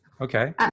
Okay